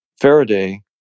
Faraday